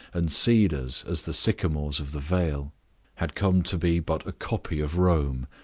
and cedars as the sycamores of the vale had come to be but a copy of rome,